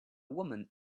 woman